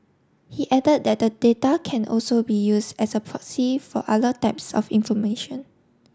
he added that the data can also be use as a proxy for other types of information